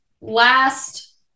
last